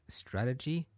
strategy